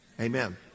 Amen